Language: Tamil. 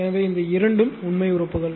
எனவே இந்த இரண்டும் உண்மை உறுப்புகள்